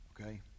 Okay